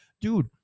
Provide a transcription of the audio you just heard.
Dude